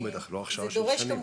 הכשרה,